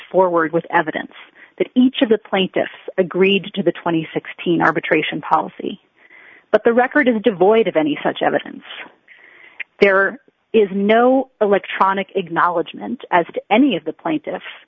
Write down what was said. forward with evidence that each of the plaintiffs agreed to the two thousand and sixteen arbitration policy but the record is devoid of any such evidence there is no electronic acknowledgement as to any of the plaintiffs